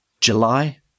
july